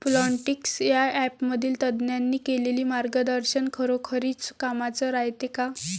Plantix या ॲपमधील तज्ज्ञांनी केलेली मार्गदर्शन खरोखरीच कामाचं रायते का?